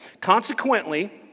Consequently